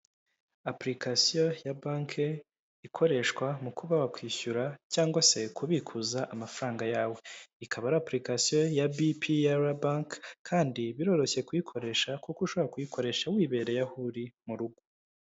Apurikasiyo ya banki ikoreshwa mu kuba wakwishyura cyangwa se kubikuza amafaranga yawe ikaba ari apurikatiso ya BPR bank kandi biroroshye kuyikoresha kuko ushobora kuyikoresha wiyibereye aho uri mu rugo.